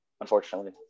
unfortunately